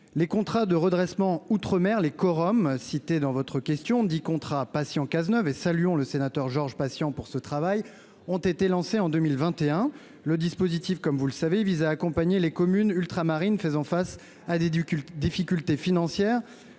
les contrats de redressement en outre-mer (Corom), dits aussi contrats Patient-Cazeneuve- saluons le sénateur Georges Patient pour ce travail -, qui ont été lancés en 2021. Le dispositif, comme vous le savez, vise à accompagner les communes ultramarines faisant face à des difficultés financières.